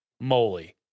moly